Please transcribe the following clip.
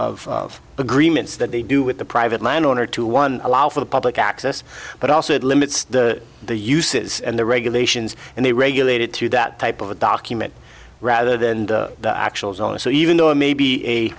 of of agreements that they do with the private landowner to one allow for the public access but also it limits the uses and the regulations and they regulated to that type of document rather than the actual zone so even though it may be a